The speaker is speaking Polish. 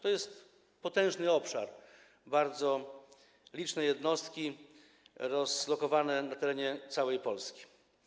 To jest potężny obszar, bardzo liczne jednostki rozlokowane na terenie całej Polski.